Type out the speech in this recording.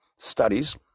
studies